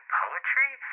poetry